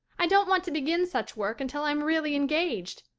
i don't want to begin such work until i'm really engaged.